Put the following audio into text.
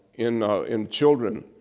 in in children